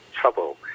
trouble